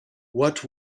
what